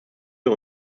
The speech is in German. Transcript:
wir